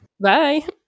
Bye